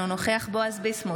אינו נוכח בועז ביסמוט,